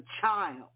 child